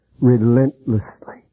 relentlessly